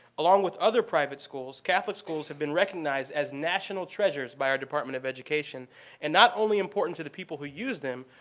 along with other private schools, catholic schools have been recognized as national treasures by our department of education and not only important to the people who use them,